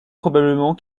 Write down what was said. probablement